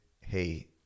hey